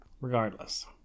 regardless